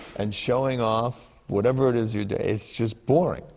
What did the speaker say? and showing off whatever it is you're doing it's just boring.